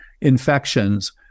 infections